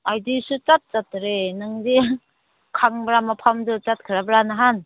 ꯑꯩꯗꯤ ꯁꯨꯛꯆꯠ ꯆꯠꯇꯔꯦ ꯅꯪꯗꯤ ꯈꯪꯕ꯭ꯔꯥ ꯃꯐꯝꯗꯨ ꯆꯠꯈ꯭ꯔꯕ꯭ꯔꯥ ꯅꯍꯥꯟ